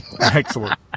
Excellent